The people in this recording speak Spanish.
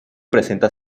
presenta